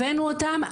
הבאנו אותם,